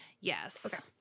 yes